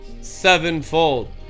sevenfold